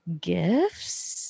Gifts